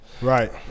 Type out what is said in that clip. Right